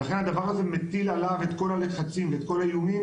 ולכן הדבר הזה מטיל עליו את כל הלחצים ואת כל האיומים